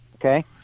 okay